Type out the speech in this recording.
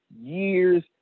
years